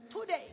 Today